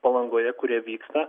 palangoje kurie vyksta